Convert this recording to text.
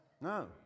No